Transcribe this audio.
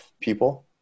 people